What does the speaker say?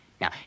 Now